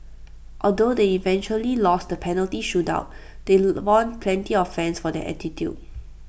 although they eventually lost the penalty shootout they won plenty of fans for their attitude